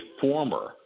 former